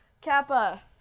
Kappa